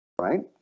right